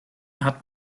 hat